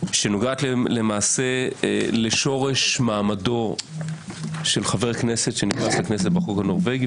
שנוגעת למעשה לשורש מעמדו של חבר כנסת שנכנס לכנסת בחוק הנורבגי,